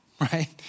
right